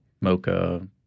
mocha